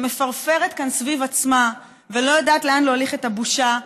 שמפרפרת כאן סביב עצמה ולא יודעת לאן להוליך את הבושה,